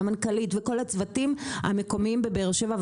המנכ"לית וכל הצוותים המקומיים בבאר שבע.